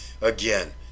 Again